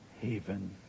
haven